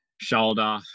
shoulder